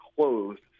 closed